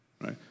Right